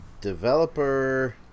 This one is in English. developer